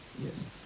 Yes